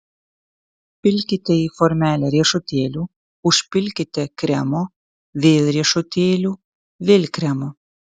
pilkite į formelę riešutėlių užpilkite kremo vėl riešutėlių vėl kremo